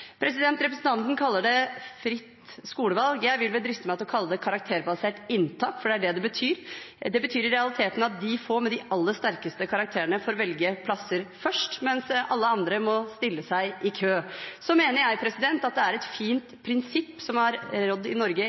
Representanten kaller det fritt skolevalg. Jeg vil vel driste meg til å kalle det karakterbasert inntak, for det er det det betyr. Det betyr i realiteten at de med de aller sterkeste karakterene får velge plass først, mens alle andre må stille seg i kø. Så mener jeg at det er et fint prinsipp som har rådd i Norge